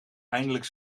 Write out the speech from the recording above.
eindelijk